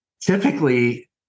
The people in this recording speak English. typically